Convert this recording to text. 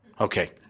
Okay